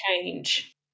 change